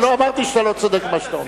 אני לא אמרתי שאתה לא צודק במה שאתה אומר.